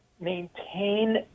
maintain